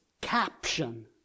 caption